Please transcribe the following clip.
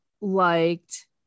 liked